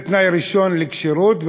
זה תנאי ראשון לכשירות.